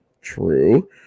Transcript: True